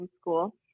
school